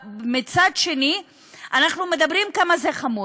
אנחנו מדברים על כמה זה חמור,